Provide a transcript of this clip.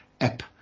App